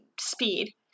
speed